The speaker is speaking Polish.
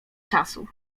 czasu